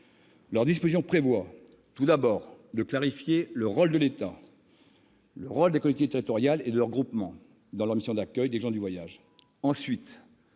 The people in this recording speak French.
Leurs dispositions prévoient tout d'abord de clarifier le rôle de l'État, des collectivités territoriales et de leurs groupements dans leur mission d'accueil des gens du voyage